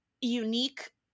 unique